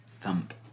Thump